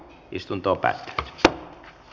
istunto päätti